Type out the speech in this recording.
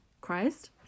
Christ